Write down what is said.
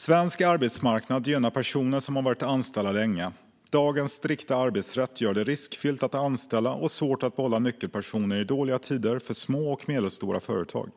Svensk arbetsmarknad gynnar personer som har varit anställda länge. Dagens strikta arbetsrätt gör det riskfyllt att anställa och svårt att behålla nyckelpersoner i dåliga tider för små och medelstora företag.